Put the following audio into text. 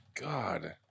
God